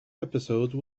episode